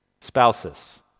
spouses